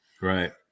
Right